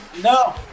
No